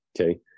Okay